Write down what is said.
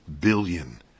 billion